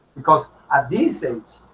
because ah this age